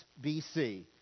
bc